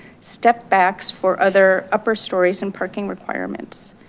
step backs for other upper stories and parking requirements.